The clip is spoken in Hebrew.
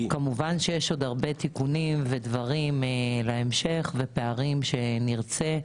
כמובן שיש עוד הרבה תיקונים ופערים שנרצה,